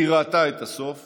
והיא ראתה את הסוף